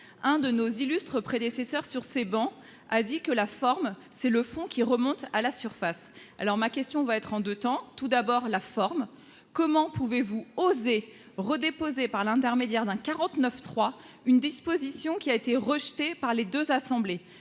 un de nos illustres prédécesseurs sur ces bancs Asie que la forme, c'est le fond qui remonte à la surface, alors ma question va être en 2 temps : tout d'abord la forme, comment pouvez-vous oser redéposer par l'intermédiaire d'un 49 3, une disposition qui a été rejetée par les 2 assemblées,